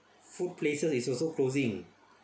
food places is also closing